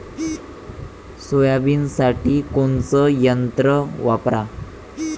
सोयाबीनसाठी कोनचं यंत्र वापरा?